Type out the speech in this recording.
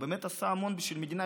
הוא באמת עשה המון בשביל המדינה,